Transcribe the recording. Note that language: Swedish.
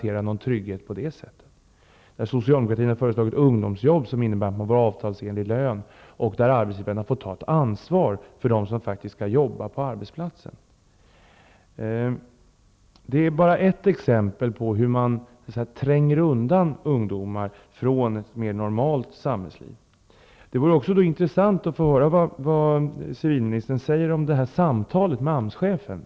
Ingen sådan trygghet behöver garanteras. Socialdemokraterna däremot har föreslagit ungdomsjobb som innebär att ungdomarna får avtalsenlig lön och att arbetsgivaren får ta ett ansvar för dem som faktiskt skall jobba på arbetsplatsen. Det här är ett exempel på hur man tränger undan ungdomar och utestänger dem från ett mera normalt samhällsliv. Vidare vore det intressant att få höra vad civilministern har att säga om samtalet med AMS chefen.